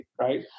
right